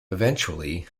eventually